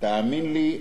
תאמין לי,